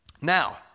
Now